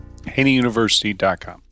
HaneyUniversity.com